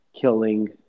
killing